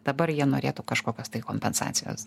dabar jie norėtų kažkokios tai kompensacijos